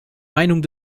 meinung